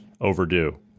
overdue